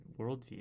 worldview